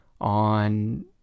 on